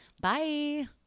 Bye